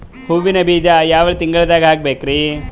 ಹೂವಿನ ಬೀಜ ಯಾವ ತಿಂಗಳ್ದಾಗ್ ಹಾಕ್ಬೇಕರಿ?